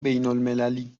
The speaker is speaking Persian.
بینالمللی